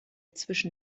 zwischen